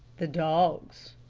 the dogs,